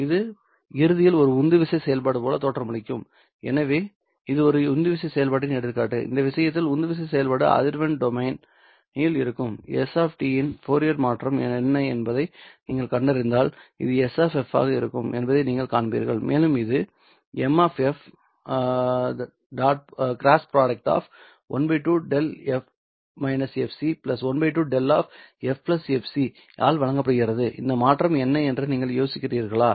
இது இறுதியில் ஒரு உந்துவிசை செயல்பாடு போல தோற்றமளிக்கும்எனவே இது ஒரு உந்துவிசை செயல்பாட்டின் எடுத்துக்காட்டு இந்த விஷயத்தில் உந்துவிசை செயல்பாடு அதிர்வெண் டொமைன் இல் இருக்கும் s இன் ஃபோரியர் மாற்றம் என்ன என்பதை நீங்கள் கண்டறிந்தால் இது S ஆக இருக்கும் என்பதை நீங்கள் காண்பீர்கள் மேலும் இது M ⨂ ½ 𝛿 ½ 𝛿 f fc ஆல் வழங்கப்படுகிறது இந்த மாற்றம் என்ன என்று நீங்கள் யோசிக்கிறீர்களா